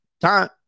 time